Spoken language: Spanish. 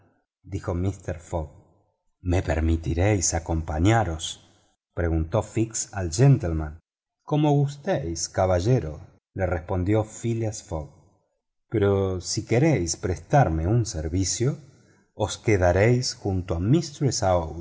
dijo mister fogg me permitiréis acompañaros preguntó fíx al gentleman como gustéis caballero le respondió phileas fogg pero si queréis prestarme un servicio os quedaréis junto a